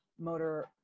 motor